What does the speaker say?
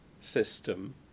system